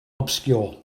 obscure